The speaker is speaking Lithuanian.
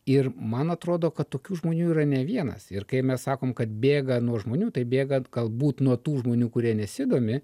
ir man atrodo kad tokių žmonių yra ne vienas ir kai mes sakom kad bėga nuo žmonių tai bėga galbūt nuo tų žmonių kurie nesidomi